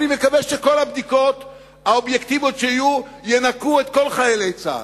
אני מקווה שכל הבדיקות האובייקטיביות שיהיו ינקו את כל חיילי צה"ל.